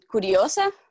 curiosa